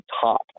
top